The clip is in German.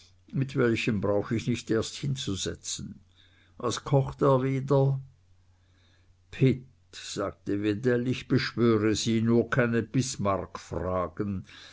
mit welchem brauch ich nicht erst hinzuzusetzen was kocht er wieder pitt sagte wedell ich beschwöre sie nur keine